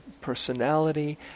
personality